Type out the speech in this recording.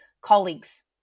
colleagues